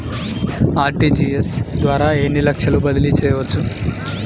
RTGS ద్వారా ఎన్ని లక్షలు బదిలీ చేయవచ్చు?